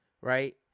right